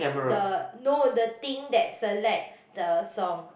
the no the thing that selects the song